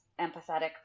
empathetic